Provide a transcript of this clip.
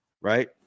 Right